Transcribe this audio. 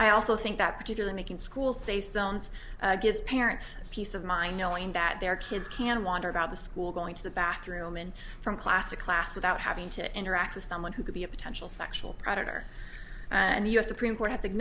i also think that particularly making schools safe zones gives parents peace of mind knowing that their kids can wander about the school going to the bathroom and from class to class without having to interact with someone who could be a potential sexual predator and the u s supreme court